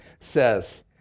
says